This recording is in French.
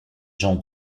gens